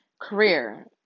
Career